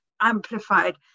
amplified